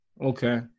Okay